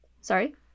sorry